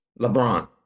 LeBron